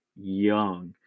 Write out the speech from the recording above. young